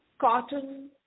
cotton